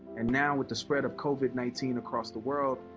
and now, with the spread of covid nineteen across the world,